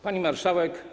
Pani Marszałek!